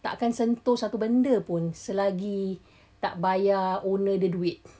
takkan sentuh satu benda pun selagi tak bayar owner dia duit